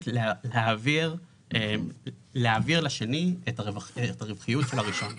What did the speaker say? להעביר לשני את הרווחיות של הראשון.